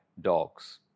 dogs